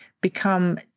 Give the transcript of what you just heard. become